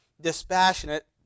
dispassionate